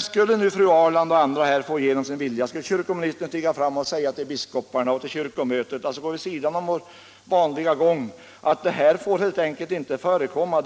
Skulle nu fru Ahrland och andra få igenom sin vilja och skulle kyrkoministern vid sidan av den vanliga ordningen stiga fram och säga till biskoparna och till kyrkomötet att vi i riksdagen anser att det här helt enkelt inte får förekomma?